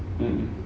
mm